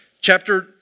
chapter